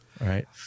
right